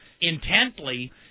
intently